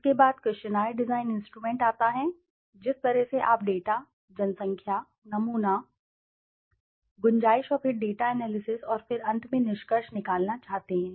इसके बाद questionnaire design instrument आता है जिस तरह से आप डेटा जनसंख्या नमूना गुंजाइश और फिर डेटा एनालिसिस और फिर अंत में निष्कर्ष निकालना चाहते हैं